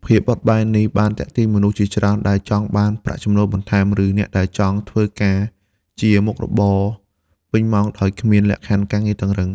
ភាពបត់បែននេះបានទាក់ទាញមនុស្សជាច្រើនដែលចង់បានប្រាក់ចំណូលបន្ថែម ឬអ្នកដែលចង់ធ្វើការជាមុខរបរពេញម៉ោងដោយគ្មានលក្ខខណ្ឌការងារតឹងរ៉ឹង។